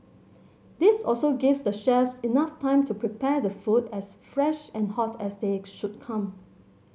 this also gives the chefs enough time to prepare the food as fresh and hot as they should come